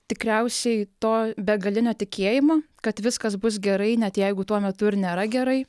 tikriausiai to begalinio tikėjimo kad viskas bus gerai net jeigu tuo metu ir nėra gerai